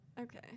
Okay